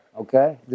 Okay